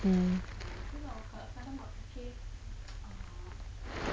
mmhmm